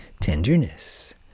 tenderness